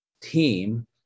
team